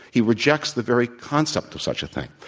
he rejects the very concept of such a thing.